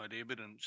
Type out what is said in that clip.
evidence